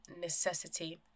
necessity